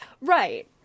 right